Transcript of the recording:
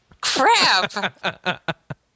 Crap